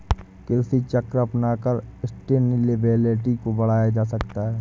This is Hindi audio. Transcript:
कृषि चक्र अपनाकर सस्टेनेबिलिटी को बढ़ाया जा सकता है